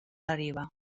deriva